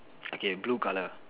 okay blue colour